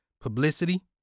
publicity